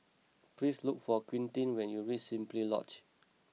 please look for Quintin when you reach Simply Lodge